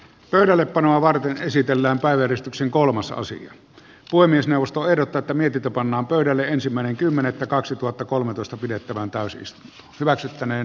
pöydällepanoa varten esitellään päivöristuksen kolmas asia puhemiesneuvosto ero tätä mietitä pannaan pöydälle ensimmäinen kymmenettä kaksituhattakolmetoista pidettävään pääsystä hyväksyttäneen